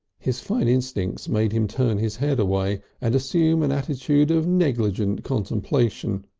his fine instincts made him turn his head away and assume an attitude of negligent contemplation,